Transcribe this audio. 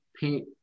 paint